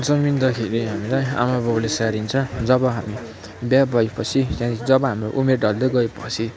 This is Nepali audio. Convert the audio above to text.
जन्मिँदाखेरि हामीलाई आमा बाउले स्याहारिन्छ जब हामी बिहे भएपछि त्यहाँदेखि जब हाम्रो उमेर ढल्दै गएपछि